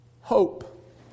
Hope